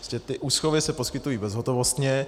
Prostě úschovy se poskytují bezhotovostně.